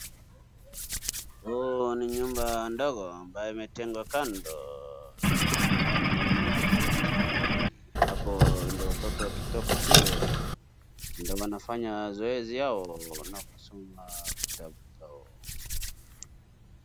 Huo ni nyumba ndogo ambaye imetengwa kando ndani ya ploti .Hapo ndo watoto wakitoka shule ndo wanafanya zoezi yao na kusoma vitabu zao.